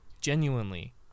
Genuinely